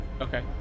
Okay